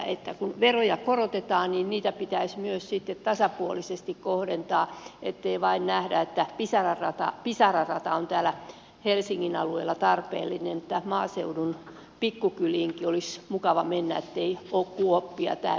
kun veroja korotetaan niin niitä pitäisi myös sitten tasapuolisesti kohdentaa ettei vain nähdä että pisara rata on täällä helsingin alueella tarpeellinen että maaseudun pikkukyliinkin olisi mukava mennä etteivät ole tiet kuoppia täynnä